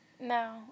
No